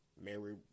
Mary